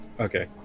Okay